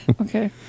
Okay